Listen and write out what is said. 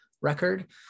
record